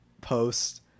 post